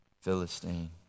Philistine